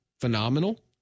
phenomenal